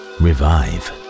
revive